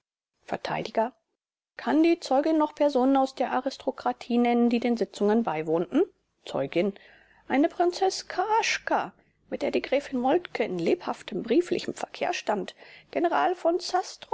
vert kann die zeugin noch personen aus der aristokratie nennen die den sitzungen beiwohnten zeugin eine prinzeß karaschka mit der die gräfin moltke in lebhaftem brieflichem verkehr stand general v